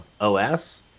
os